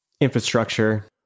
Infrastructure